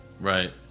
Right